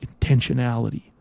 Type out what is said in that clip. Intentionality